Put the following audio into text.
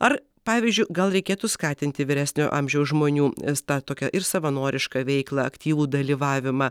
ar pavyzdžiui gal reikėtų skatinti vyresnio amžiaus žmonių tą tokią ir savanorišką veiklą aktyvų dalyvavimą